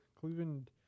Cleveland